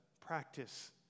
practice